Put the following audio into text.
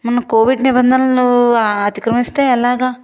మన కోవిడ్ నిబంధనలు అతిక్రమిస్తే ఎలాగ